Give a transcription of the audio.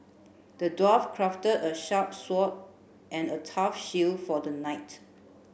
the dwarf crafted a sharp sword and a tough shield for the knight